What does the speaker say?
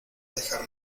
dejar